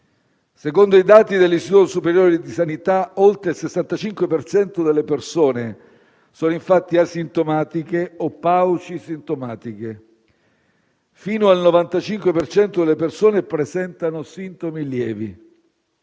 Secondo i dati dell'Istituto superiore di sanità, oltre il 65 per cento delle persone sono infatti asintomatiche o paucisintomatiche. Fino al 95 per cento, le persone presentano sintomi lievi.